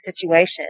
situation